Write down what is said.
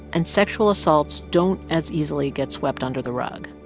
and sexual assaults don't as easily get swept under the rug.